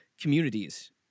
communities